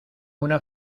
una